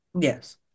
Yes